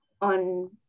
on